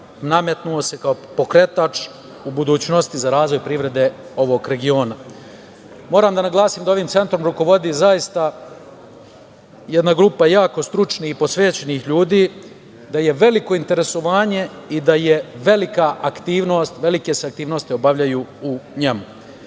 nametnuo se kao pokretač u budućnosti za razvoj privrede ovog regionu. Moram da naglasim da ovim centrom rukovodi zaista jedna grupa jako stručnih i posvećenih ljudi, da je veliko interesovanje i da se velike aktivnosti obavljaju u njemu.